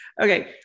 Okay